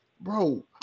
Bro